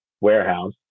warehouse